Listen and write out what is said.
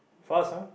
fast ah